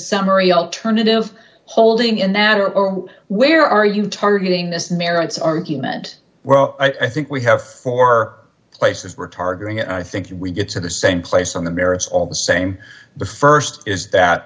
summary alternative holding in our own where are you targeting this merits argument well i think we have four places we're targeting it i think we get to the same place on the merits all the same the st is that